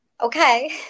Okay